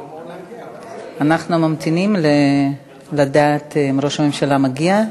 אנחנו ממתינים לדעת אם ראש הממשלה הגיע.